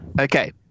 okay